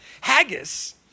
Haggis